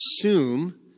assume